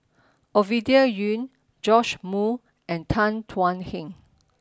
Ovidia Yu Joash Moo and Tan Thuan Heng